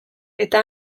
eta